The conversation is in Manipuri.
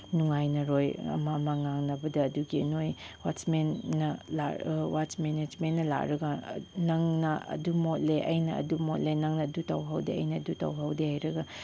ꯅꯨꯡꯉꯥꯏꯅꯔꯣꯏ ꯑꯃ ꯑꯃ ꯉꯥꯡꯅꯕꯗ ꯑꯗꯨꯒꯤ ꯅꯣꯏ ꯋꯥꯠꯁꯃꯦꯟꯅ ꯋꯥꯠꯁꯃꯦꯅꯦꯁꯃꯦꯟꯅ ꯂꯥꯛꯂꯒ ꯅꯪꯅ ꯑꯗꯨ ꯃꯣꯠꯂꯦ ꯑꯩꯅ ꯑꯗꯨ ꯃꯣꯠꯂꯦ ꯅꯪꯅ ꯑꯗꯨ ꯇꯧꯍꯧꯗꯦ ꯅꯪꯅ ꯑꯗꯨ ꯇꯧꯍꯧꯗꯦ ꯍꯥꯏꯔꯒ